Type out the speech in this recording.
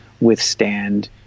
withstand